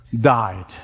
died